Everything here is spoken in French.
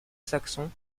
saxons